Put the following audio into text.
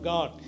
God